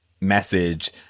message